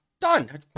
Done